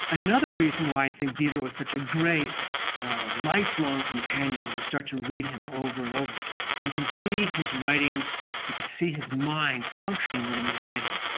another reason why i think diderot is such a great lifelong companion when you start to read him over and over again, you can see his writing you could see his mind functioning within his writing.